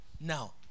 Now